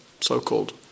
so-called